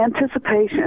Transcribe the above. anticipation